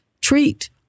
treat